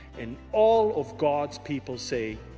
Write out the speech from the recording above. and all of god's people say,